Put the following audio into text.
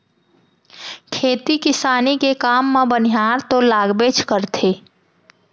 खेती किसानी के काम म बनिहार तो लागबेच करथे